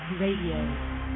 Radio